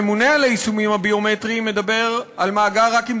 הממונה על היישומים הביומטריים מדבר על מאגר רק עם